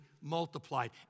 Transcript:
multiplied